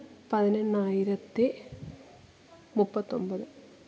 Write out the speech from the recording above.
പതിനെട്ടായിരത്തി മുപ്പത്തൊമ്പത്